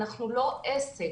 אנחנו לא עסק.